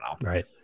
Right